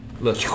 look